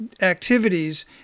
activities